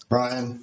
Brian